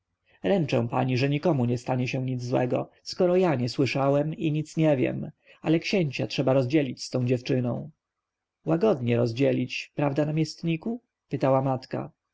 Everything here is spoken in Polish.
ręczę pani że nikomu nie stanie się nic złego skoro ja nie słyszałem i nic nie wiem ale księcia trzeba rozdzielić z tą dziewczyną łagodnie rozdzielić prawda namiestniku pytała matka